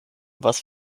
was